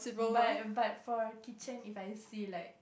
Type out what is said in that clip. but but for a kitchen if I see like